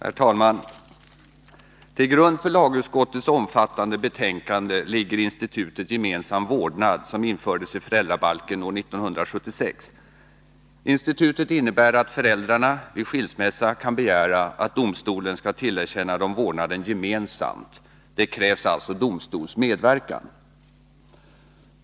Herr talman! Till grund för lagutskottets omfattande betänkande ligger institutet gemensam vårdnad, som infördes i föräldrabalken år 1976. Institutet innebär att föräldrarna — vid skilsmässa — kan begära att domstolen skall tillerkänna dem vårdnaden gemensamt. Det krävs alltså domstols medverkan.